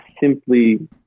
simply